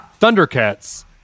Thundercats